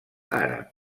àrab